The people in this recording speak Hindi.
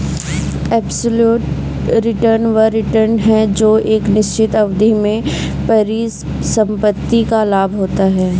एब्सोल्यूट रिटर्न वह रिटर्न है जो एक निश्चित अवधि में परिसंपत्ति का लाभ होता है